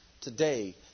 today